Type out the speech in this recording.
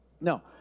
No